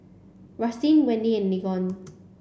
Rustin Wendy and Mignon